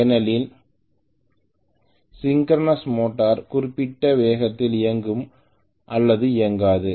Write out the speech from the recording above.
ஏனெனில் synchronous motor குறிப்பிட்ட வேகத்தில் இயங்கும் அல்லது இயங்காது